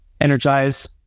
energize